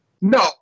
no